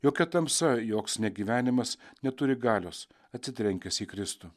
jokia tamsa joks negyvenimas neturi galios atsitrenkęs į kristų